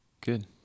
good